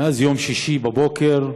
מאז יום שישי בבוקר,